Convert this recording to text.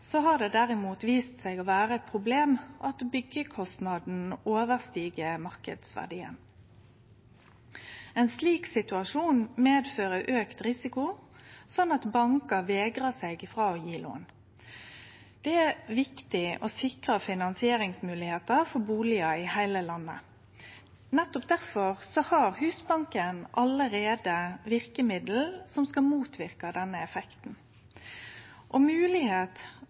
derimot vist seg å vere eit problem at byggjekostnaden overstig marknadsverdien. Ein slik situasjon fører med seg auka risiko, slik at bankane vegrar seg frå å gje lån. Det er viktig å sikre finansieringsmoglegheiter for bustader i heile landet. Nettopp difor har Husbanken allereie verkemiddel som skal motverke denne effekten.